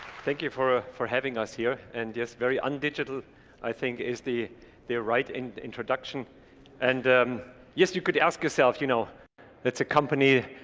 thank you for ah for having us here, and yes very undeterred. i think is the there right in the introduction and um yes, you could ask yourself. you know that's a company.